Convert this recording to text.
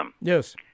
Yes